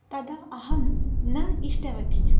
तदा अहं न इष्टवती